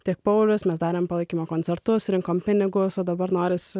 tiek paulius mes darėm palaikymo koncertus rinkom pinigus o dabar norisi